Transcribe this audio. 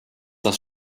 das